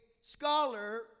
scholar